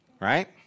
right